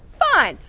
fine,